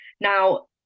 Now